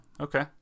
okay